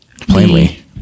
plainly